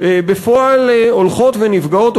בפועל הולכות ונפגעות,